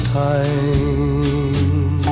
time